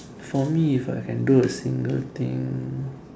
for me if I can do a single thing